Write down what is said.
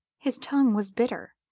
his tongue was bitter,